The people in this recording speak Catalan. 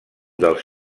dels